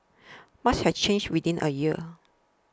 much has changed within a year